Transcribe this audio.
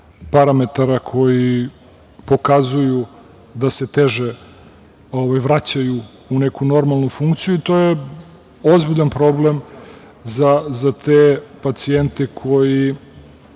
parametara koji pokazuju da se teže vraćaju u neku normalnu funkciju i to je ozbiljan problem za te pacijente. Oni